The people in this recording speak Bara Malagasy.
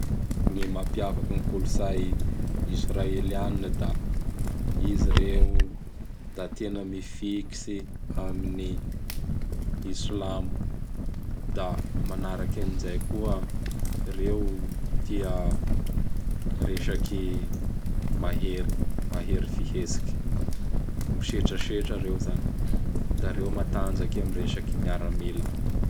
Gny mampiavaky gn kolotsay Israelianina da izy reo da tena mifikitsy amin'i Islamo. Da manaraky an'izay koa reo tia ny resaky mahery mahery fihetsiky. Misetrasetra reo zany. Da reo matanjaky am resaky miaramila.